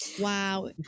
Wow